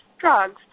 drugs